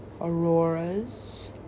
auroras